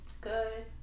good